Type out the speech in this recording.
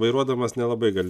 vairuodamas nelabai gali